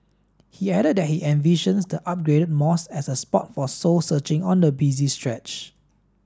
he added that he envisions the upgraded mosque as a spot for soul searching on the busy stretch